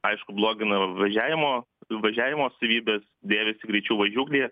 aišku blogina važiavimo važiavimo savybes dėvisi greičiau važiuoklė